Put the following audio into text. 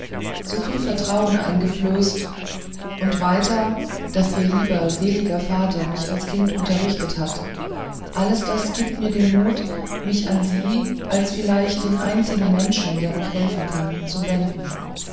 so viel vertrauen eingeflößt und weiter daß ihr lieber seliger vater mich als kind unterrichtet hat alles das gibt mir den mut mich an sie als vielleicht den einzigen menschen der noch helfen kann zu wenden